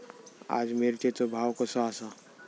आज मिरचेचो भाव कसो आसा?